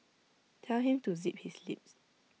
tell him to zip his lips